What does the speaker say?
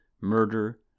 murder